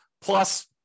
Plus